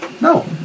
No